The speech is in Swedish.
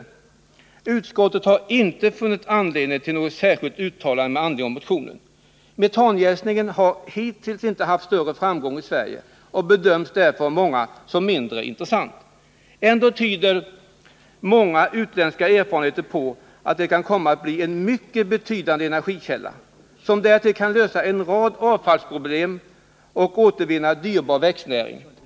Utskottet har inte funnit anledning till något särskilt uttalande med anledning av motionen. Metanjäsningen har hittills inte haft någon större framgång i Sverige och bedöms därför av många som mindre intressant. Ändå tyder många utländska erfarenheter på att det kan komma att bli en mycket betydande energikälla, som därtill kan lösa en rad avfallsproblem och återvinna dyrbar växtnäring.